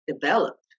developed